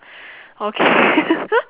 ok~